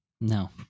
No